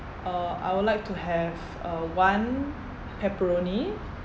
uh I would like to have uh one pepperoni